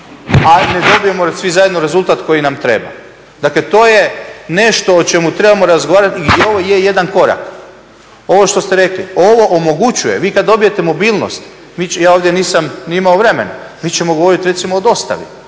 stvarno, a … svi zajedno rezultat koji nam treba. Dakle, to je nešto o čemu trebamo razgovarati i ovo je jedan korak. Ovo što ste rekli, ovo omogućuje, vi kad dobijete mobilnost, ja ovdje nisam imao ni vremena, mi ćemo govoriti recimo o dostavi.